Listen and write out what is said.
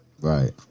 Right